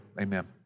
Amen